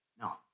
No